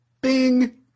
Bing